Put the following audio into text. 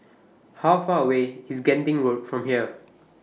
How Far away IS Genting Road from here